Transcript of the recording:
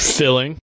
Filling